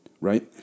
right